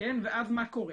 ואז מה קורה?